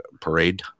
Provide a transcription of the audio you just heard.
parade